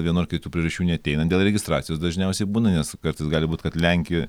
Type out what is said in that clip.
vienų ar kitų priežasčių neateina dėl registracijos dažniausiai būna nes kartais gali būt kad lenkijo